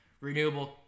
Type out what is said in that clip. renewable